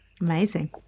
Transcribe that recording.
Amazing